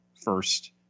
first